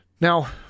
Now